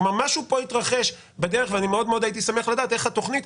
משהו פה התרחש בדרך ואני אשמח לדעת איך התוכנית,